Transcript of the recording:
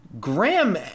Graham